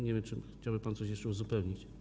Nie wiem, czy chciałby pan coś jeszcze uzupełnić.